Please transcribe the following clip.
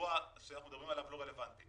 האירוע עליו אנחנו מדברים לא רלוונטי.